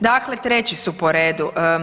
Dakle, treći su po redu.